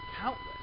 countless